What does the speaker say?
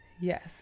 Yes